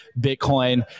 Bitcoin